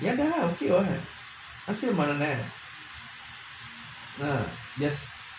ஏன்டா:yaendaa okay what nasi lemak தானே:thaanae uh yes